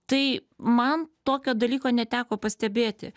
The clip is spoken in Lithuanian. tai man tokio dalyko neteko pastebėti